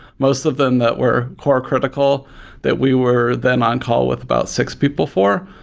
most of them that were core critical that we were then on call with about six people for.